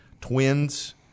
twins